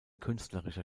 künstlerischer